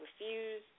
refuse